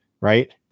right